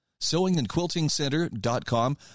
sewingandquiltingcenter.com